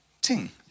ting